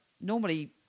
normally